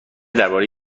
درباره